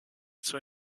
zur